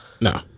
No